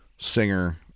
Singer